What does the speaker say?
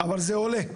אבל זה עולה,